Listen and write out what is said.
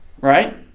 Right